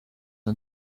and